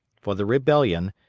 for the rebellion,